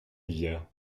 rivière